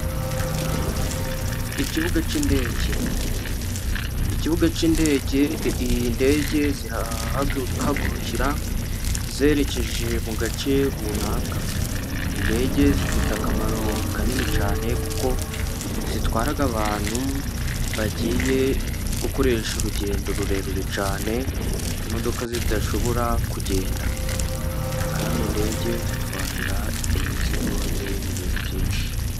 Ikibuga cy'indege, indege zirahahagurukira zerekeje mu gace runaka, indege zifite akamaro kanini cyane kuko zitwara abantu bagiye gukoresha urugendo rurerure cyane imodoka zidashobora kugenda. Kandi indege zitwara imizigo n'ibindi bintu byinshi.